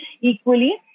equally